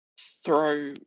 throw